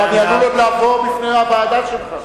אני עלול עוד לעבור בפני הוועדה שלך.